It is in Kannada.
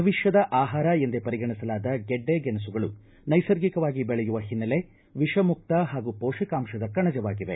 ಭವಿಷ್ಠದ ಆಹಾರ ಎಂದೇ ಪರಿಗಣಿಸಲಾದ ಗೆಡ್ಡೆ ಗೆಣಸುಗಳು ನೈಸರ್ಗಿಕವಾಗಿ ಬೆಳೆಯುವ ಹಿನ್ನೆಲೆ ವಿಷಮುಕ್ತ ಹಾಗೂ ಪೋಷಕಾಂಶದ ಕಣಜವಾಗಿವೆ